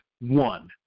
One